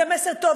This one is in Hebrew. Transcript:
זה מסר טוב,